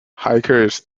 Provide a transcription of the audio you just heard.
hikers